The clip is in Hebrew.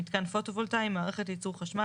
"מיתקן פוטו-וולטאי" מערכת לייצור חשמל